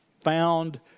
found